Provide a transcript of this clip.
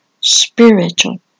spiritual